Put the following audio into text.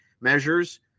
measures